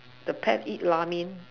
the pet eat Ramen